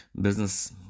Business